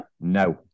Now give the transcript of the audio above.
no